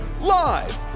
live